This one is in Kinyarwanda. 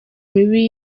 mibi